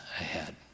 ahead